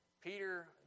Peter